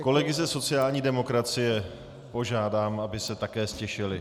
Kolegy za sociální demokracie požádám, aby se také ztišili.